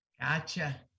Gotcha